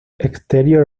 exterior